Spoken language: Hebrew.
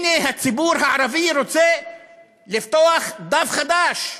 הנה, הציבור הערבי רוצה לפתוח דף חדש: